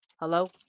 Hello